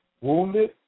wounded